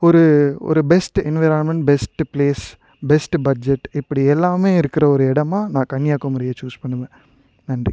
ஒரு ஒரு best environment best place best budget இப்படி எல்லாமே இருக்கிற ஒரு இடமாக நான் கன்னியாகுமரியை சூஸ் பண்ணுவேன் நன்றி